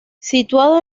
situado